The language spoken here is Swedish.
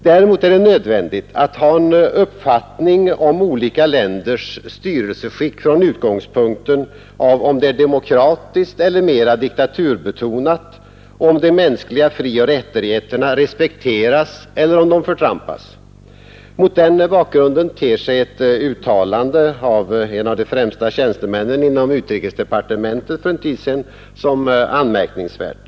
Däremot är det nödvändigt att ha en uppfattning om olika länders styrelseskick från utgångspunkten, om styrelseskicket är demokratiskt eller mer diktaturbetonat, om de mänskliga frioch rättigheterna respekteras eller förtrampas. Mot den bakgrunden ter sig ett uttalande för en tid sedan av en av de främsta tjänstemännen inom utrikesdepartementet som anmärkningsvärt.